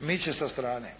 …/Govornik